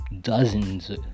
dozens